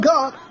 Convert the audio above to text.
God